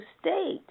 state